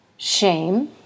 shame